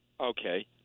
Okay